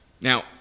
Now